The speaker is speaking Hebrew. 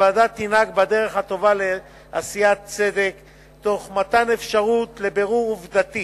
הוועדה תנהג בדרך הטובה לעשיית צדק תוך מתן אפשרות לבירור עובדתי